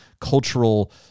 cultural